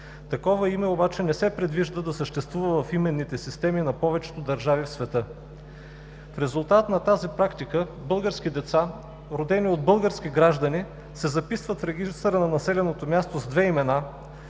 Такова име обаче не се предвижда да съществува в именните системи на повечето държави в света. В резултат на тази практика български деца, родени от български граждани, се записват в регистъра на населеното място с две имена,